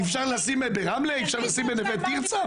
אי אפשר לשים ברמלה או נווה תרצה?